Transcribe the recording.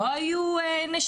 לא היה כלום.